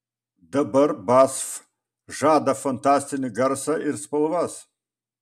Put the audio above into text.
dabar basf žada fantastinį garsą ir spalvas